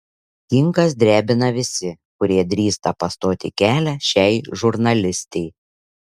kinkas drebina visi kurie drįsta pastoti kelią šiai žurnalistei